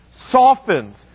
softens